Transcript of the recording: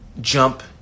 jump